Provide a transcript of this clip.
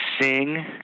sing